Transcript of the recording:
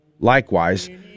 Likewise